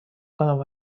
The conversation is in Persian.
کنم